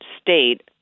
state